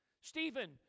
Stephen